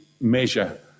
measure